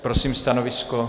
Prosím stanovisko.